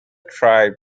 tribe